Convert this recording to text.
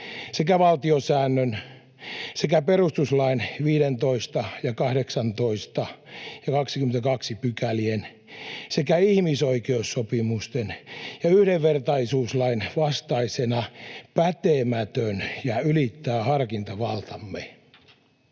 sekä valtiosäännön sekä perustuslain 15, 18 ja 22 §:ien sekä ihmisoikeussopimusten ja yhdenvertaisuuslain vastaisena pätemätön ja ylittää harkintavaltamme.